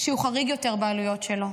שהוא חריג יותר בעלויות שלו,